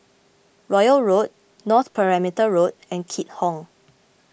Royal Road North Perimeter Road and Keat Hong